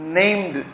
named